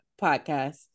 podcast